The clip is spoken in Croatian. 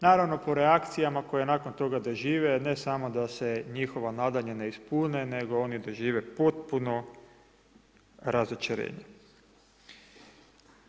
Naravno po reakcijama koje nakon toga dožive ne samo da se njihova nadanja ne ispune nego oni dožive potpuno razočarenje.